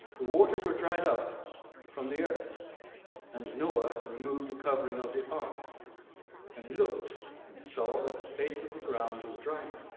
the waters were dried out from the earth and noah removed the covering of the ark and looked and saw that the face of the ground was drying.